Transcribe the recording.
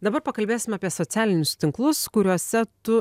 dabar pakalbėsim apie socialinius tinklus kuriuose tu